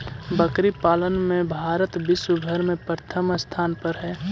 बकरी पालन में भारत विश्व भर में प्रथम स्थान पर हई